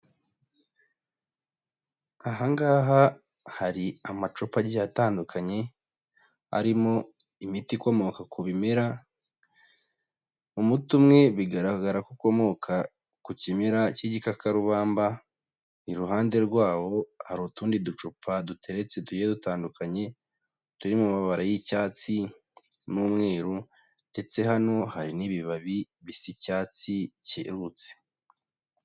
Aha ngaha hari amacupa aguye atandukanye arimo imiti ikomoka ku bimera, umutwe umwe bigaragara ko ukomoka ku kimera cy'igikakarubamba, iruhande rwawo hari utundi ducupa duteretse tugiye dutandukanye turi mu mabara y'icyatsi n'umweru ndetse hano hari n'ibibabi bisa icyatsi cyerurutse.